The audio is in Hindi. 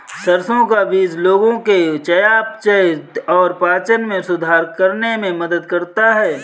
सरसों का बीज लोगों के चयापचय और पाचन में सुधार करने में मदद करता है